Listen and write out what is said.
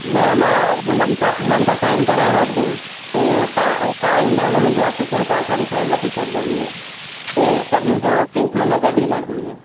न मां हुननि खां हुननि खां साइन कराए वठंदुमि पोइ तव्हां तव्हां ईंदव न मुंहिंजे ऑफ़िस में तव्हांखां बि साइन वठी छॾींदुमि इएं पोइ सभिनि जो केस माना गॾु ई लड़दुमि इएं